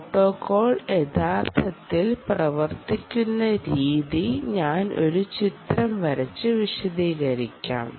protocol യഥാർത്ഥത്തിൽ പ്രവർത്തിക്കുന്ന രീതി ഞാൻ ഒരു ചിത്രം വരച്ച് വിശദീകരിക്കാം